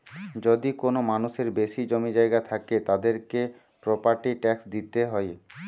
যদি কোনো মানুষের বেশি জমি জায়গা থাকে, তাদেরকে প্রপার্টি ট্যাক্স দিইতে হয়